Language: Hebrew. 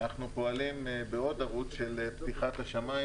אנחנו פועלים בעוד ערוץ של פתיחת השמיים